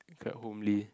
quite homely